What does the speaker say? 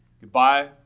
Goodbye